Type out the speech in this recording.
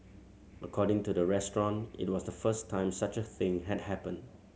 according to the restaurant it was the first time such a thing had happened